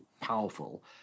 powerful